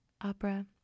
opera